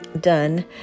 done